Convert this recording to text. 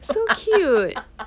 so cute